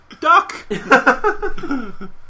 Duck